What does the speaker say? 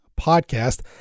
podcast